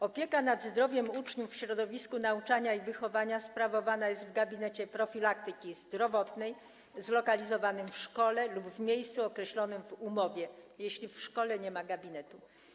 Opieka nad zdrowiem uczniów w środowisku nauczania i wychowania sprawowana jest w gabinecie profilaktyki zdrowotnej zlokalizowanym w szkole lub w miejscu określonym w umowie, jeśli w szkole nie ma gabinetu.